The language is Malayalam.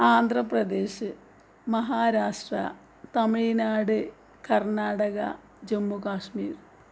ആന്ധ്രപ്രദേശ് മഹാരാഷ്ട്ര തമിഴ്നാട് കർണാടക ജമ്മു കാശ്മീർ